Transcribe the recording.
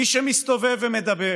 מי שמסתובב ומדבר